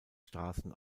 straßen